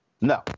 No